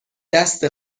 دست